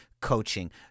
coaching